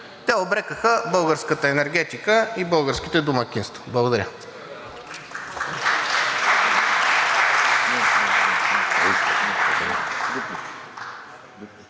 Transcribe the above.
те обрекоха българската енергетиката и българските домакинства. Благодаря.